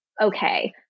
okay